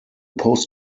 post